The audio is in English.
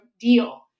deal